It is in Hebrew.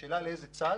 השאלה לאיזה צד.